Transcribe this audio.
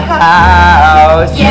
house